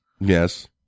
Yes